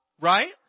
right